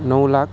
नौ लाख